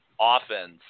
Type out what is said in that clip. offense